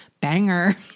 banger